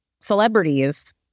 celebrities